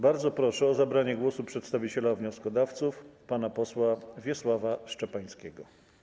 Bardzo proszę o zabranie głosu przedstawiciela wnioskodawców pana posła Wiesława Szczepańskiego.